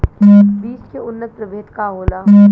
बीज के उन्नत प्रभेद का होला?